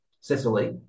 Sicily